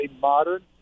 modern